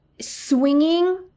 swinging